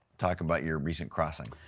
talk about your recent crossing.